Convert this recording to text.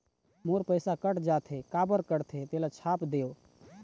मोर पैसा कट जाथे काबर कटथे तेला छाप देव?